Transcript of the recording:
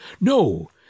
No